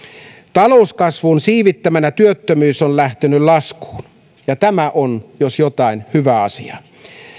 talouskasvun siivittämänä työttömyys on lähtenyt laskuun ja tämä on jos jotain hyvä asia